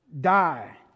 die